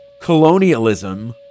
colonialism